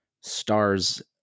stars